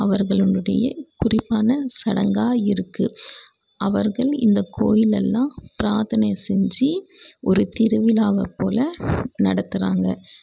அவர்களினுடைய குறிப்பான சடங்காக இருக்குது அவர்கள் இந்த கோயில்லெல்லாம் பிராத்தனை செஞ்சு ஒரு திருவிழாவை போல நடத்துகிறாங்க